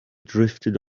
drifted